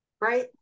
Right